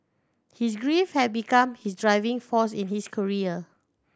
his grief had become his driving force in his career